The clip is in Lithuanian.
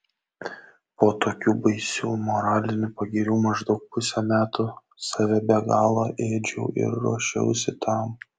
po tokių baisių moralinių pagirių maždaug pusę metų save be galo ėdžiau ir ruošiausi tam